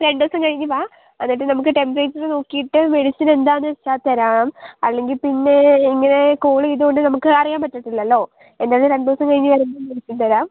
രണ്ട് ദിവസം കഴിഞ്ഞ് വാ എന്നിട്ട് നമുക്ക് ടെമ്പറേച്ചർ നോക്കിയിട്ട് മെഡിസിൻ എന്താന്ന് വെച്ചാൽ തരാം അല്ലെങ്കിൽ പിന്നെ ഇങ്ങനെ കോൾ ചെയ്തത് കൊണ്ട് നമുക്ക് അറിയാൻ പറ്റത്തില്ലല്ലോ എന്തായാലും രണ്ട് ദിവസം കഴിഞ്ഞ് തരാം